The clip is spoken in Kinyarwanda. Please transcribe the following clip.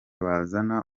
bazana